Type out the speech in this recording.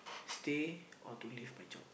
stay or to leave my job